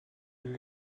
elle